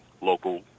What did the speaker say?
local